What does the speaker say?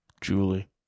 Julie